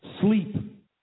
Sleep